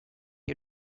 you